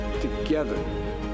Together